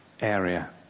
area